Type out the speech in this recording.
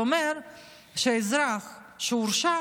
זה אומר שאזרח שהורשע